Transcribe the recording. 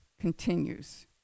continues